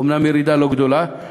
אומנם ירידה לא גדולה,